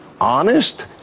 honest